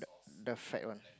the fat one